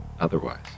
otherwise